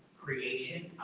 Creation